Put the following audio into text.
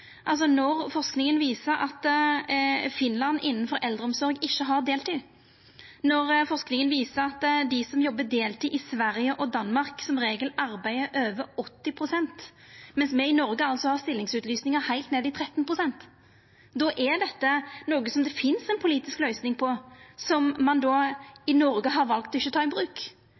Når forskinga viser at Finland ikkje har deltid innanfor eldreomsorg, og når forskinga viser at dei som jobbar deltid i Sverige og Danmark, som regel arbeider over 80 pst., mens me i Noreg har stillingsutlysingar heilt ned i 13 pst., er dette noko som det finst ei politisk løysing på, som ein i Noreg har valt ikkje å ta i bruk. Ein har valt ikkje å ta i bruk